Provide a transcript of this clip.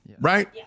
right